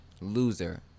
loser